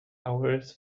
hours